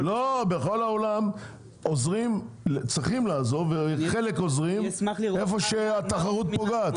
בכל העולם צריכים לעזור וחלק עוזרים היכן שהתחרות פוגעת.